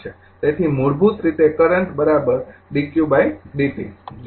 તેથી મૂળભૂત રીતે કરંટ dq dt